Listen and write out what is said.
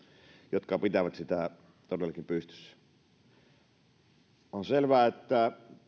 jotka pitävät sitä todellakin pystyssä on selvää että